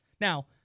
Now